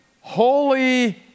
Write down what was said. holy